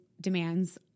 demands